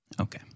Okay